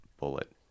bullet